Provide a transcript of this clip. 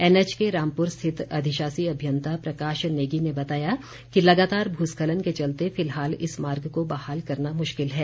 NH के रामपुर स्थित अधिशाषी अभियंता प्रकाश नेगी ने बताया कि लगातार भूस्खलन के चलते फिलहाल इस मार्ग को बहाल करना मुश्किल है